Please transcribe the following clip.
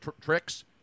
tricks